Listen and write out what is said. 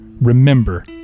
remember